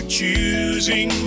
choosing